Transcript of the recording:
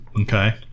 Okay